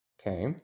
Okay